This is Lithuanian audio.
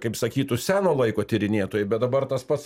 kaip sakytų seno laiko tyrinėtojai bet dabar tas pats